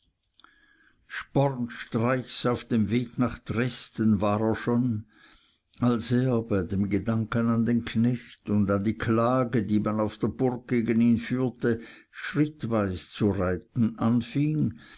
spornstreichs auf dem wege nach dresden war er schon als er bei dem gedanken an den knecht und an die klage die man auf der burg gegen ihn führte schrittweis zu reiten anfing